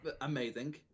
amazing